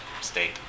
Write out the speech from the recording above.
state